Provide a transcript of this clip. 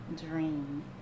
dream